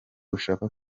ushaka